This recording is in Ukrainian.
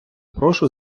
прошу